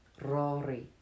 Rory